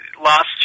last